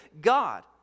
God